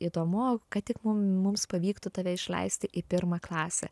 įdomu kad tik mum mums pavyktų tave išleisti į pirmą klasę